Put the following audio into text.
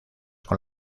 con